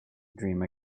dream